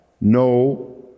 no